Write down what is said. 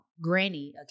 granny